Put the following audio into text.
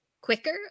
quicker